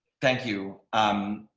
thank you. um,